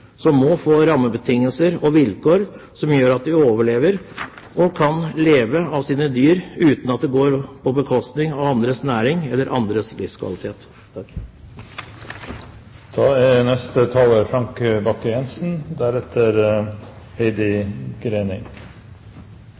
som må få rammebetingelser og vilkår som gjør at den overlever og kan leve av sine dyr, uten at det går på bekostning av andres næring eller andres livskvalitet.